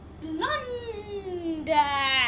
blunder